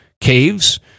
caves